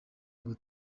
ngo